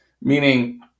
Meaning